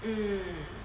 嗯